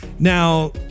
Now